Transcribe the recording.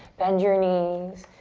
bend your knees.